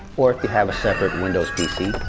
or if you have a separate windows pc,